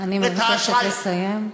אני מבקשת לסיים.